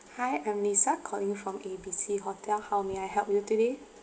hi I'm lisa calling from A B C hotel how may I help you today